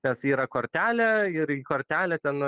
nes yra kortelė ir į kortelę ten